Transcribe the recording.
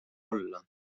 olla